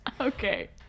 Okay